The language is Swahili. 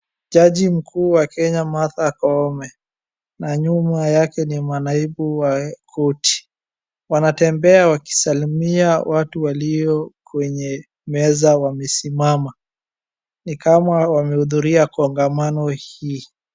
Jaji mkuu wa Kenya Martha Koome na nyuma yake ni manaibu wa koti. Wanatembea wakisalimia watu walio kwenye meza wamesimama. Ni kama wamehudhuria kongamano hii.